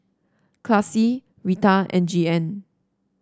Classie Rita and Jeanne